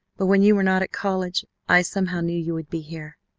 but when you were not at college i somehow knew you would be here.